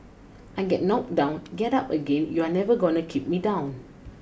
I get knocked down get up again you're never gonna keep me down